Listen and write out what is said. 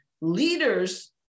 leaders